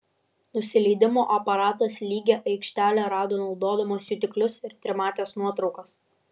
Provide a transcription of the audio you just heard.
nusileidimo aparatas lygią aikštelę rado naudodamas jutiklius ir trimates nuotraukas